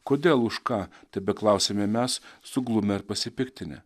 kodėl už ką tebeklausia mes suglumę ar pasipiktinę